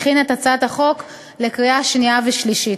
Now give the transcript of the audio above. שהכינה את הצעת החוק לקריאה שנייה ושלישית.